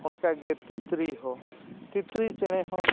ᱚᱱᱠᱟ ᱜᱮ ᱛᱤᱛᱨᱤ ᱦᱚᱸ ᱛᱤᱛᱨᱤ ᱪᱮᱬᱮ ᱦᱚᱸ